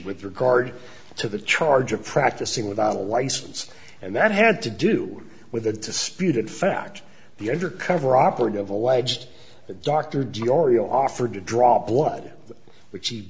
with regard to the charge of practicing without a license and that had to do with a disputed fact the undercover operative alleged that dr diorio offered to draw blood which he